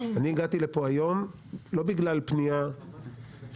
אני הגעתי לפה היום לא בגלל פנייה של